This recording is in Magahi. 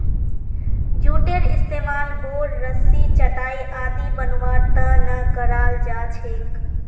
जूटेर इस्तमाल बोर, रस्सी, चटाई आदि बनव्वार त न कराल जा छेक